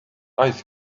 ice